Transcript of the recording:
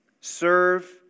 serve